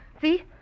See